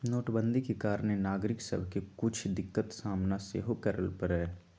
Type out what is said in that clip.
नोटबन्दि के कारणे नागरिक सभके के कुछ दिक्कत सामना सेहो करए परलइ